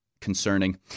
concerning